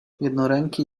jednoręki